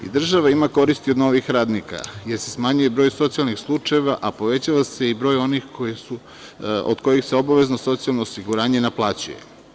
Država ima korist od novih radnika, jer se smanjuje broj socijalnih slučajeva, a povećava se i broj onih od kojih se obavezno socijalno osiguranje naplaćuje.